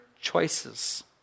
choices